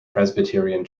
presbyterian